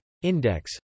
Index